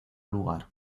lugar